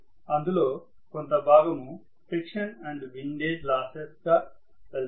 అందులో కొంత భాగము ఫ్రిక్షన్ అండ్ విండేజ్ లాసెస్ గా వెళ్తాయి